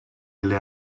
alle